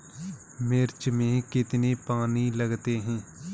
मिर्च में कितने पानी लगते हैं?